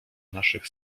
naszych